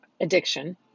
addiction